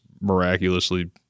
miraculously